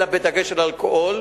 אלא בדגש על אלכוהול,